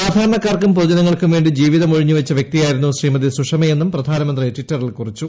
സാധാരണക്കാർക്കും പൊതുജനങ്ങൾക്കും വേണ്ടി ജീവിതം ഉഴിഞ്ഞുവച്ച വൃക്തിയായിരുന്നു ശ്രീമതി സുഷമയെന്നും പ്രധാനമന്ത്രി ട്വിറ്ററിൽ കുറിച്ചു